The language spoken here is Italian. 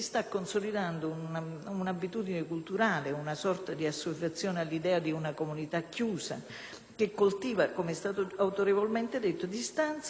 che coltiva - come è stato autorevolmente detto - distanza e ostilità, che alimenta il conflitto tra i gruppi sociali contigui, che giustifica le guerre tra poveri.